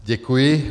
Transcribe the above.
Děkuji.